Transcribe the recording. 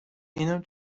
اینم